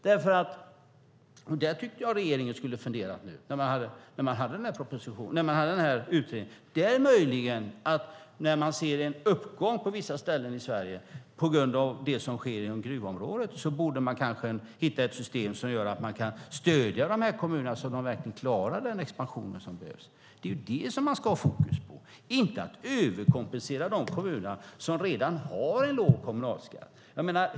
Det tycker jag att regeringen skulle ha funderat på när man hade utredningen. När man ser en uppgång på vissa ställen i Sverige på grund av det som sker i gruvområdet borde man kanske hitta ett system som gör att man kan stödja kommunerna så att de verkligen klarar den expansion som behövs. Det är vad man ska ha fokus på, inte att överkompensera de kommuner som redan har en låg kommunalskatt.